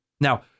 Now